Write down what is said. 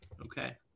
Okay